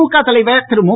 திழுக தலைவர் திரு மு